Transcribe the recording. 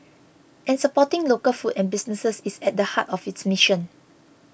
and supporting local food and businesses is at the heart of its mission